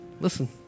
listen